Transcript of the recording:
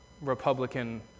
Republican